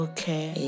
Okay